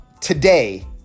today